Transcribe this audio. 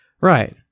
Right